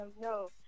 no